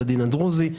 הדרוזי,